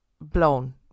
blown